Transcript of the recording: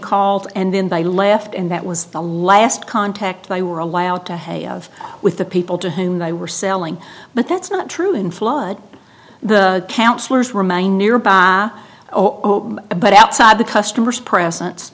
called and then by left and that was the last contact they were allowed to hay of with the people to whom they were selling but that's not true in flood the counselors remain nearby but outside the customer's presen